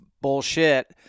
bullshit